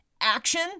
action